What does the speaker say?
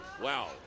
Wow